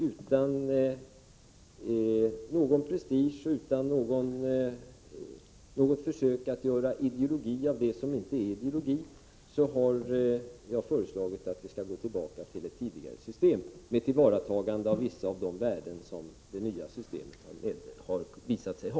Utan någon prestige och utan något försök att göra ideologi av det som inte är ideologi har jag föreslagit att vi skall gå tillbaka till det tidigare systemet, med bevarande av vissa av de värden som det nya systemet har visat sig ha.